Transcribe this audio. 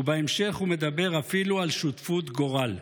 ובהמשך הוא מדבר אפילו על שותפות גורל.